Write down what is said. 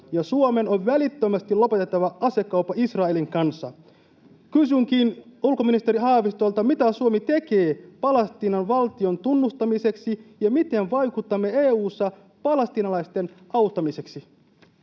ja Suomen on välittömästi lopetettava asekauppa Israelin kanssa. Kysynkin ulkoministeri Haavistolta: mitä Suomi tekee Palestiinan valtion tunnustamiseksi, ja miten vaikutamme EU:ssa palestiinalaisten auttamiseksi?